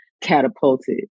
catapulted